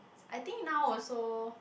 I think now also